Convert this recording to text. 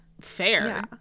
fair